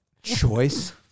Choice